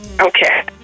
Okay